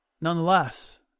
nonetheless